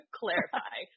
clarify